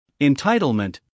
Entitlement